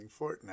Fortnite